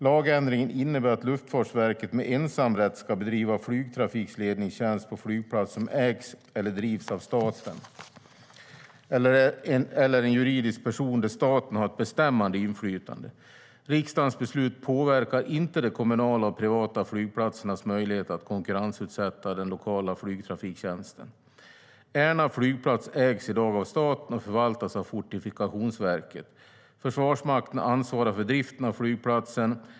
Lagändringen innebär att Luftfartsverket med ensamrätt ska bedriva flygtrafikledningstjänst på flygplatser som ägs eller drivs av staten eller en juridisk person där staten har ett bestämmande inflytande. Riksdagens beslut påverkar inte de kommunala och privata flygplatsernas möjlighet att konkurrensutsätta den lokala flygtrafiktjänsten. Ärna flygplats ägs i dag av staten och förvaltas av Fortifikationsverket. Försvarsmakten ansvarar för driften av flygplatsen.